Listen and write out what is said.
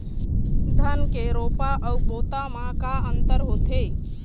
धन के रोपा अऊ बोता म का अंतर होथे?